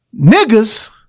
niggas